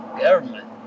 Government